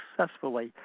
successfully